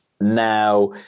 now